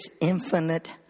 infinite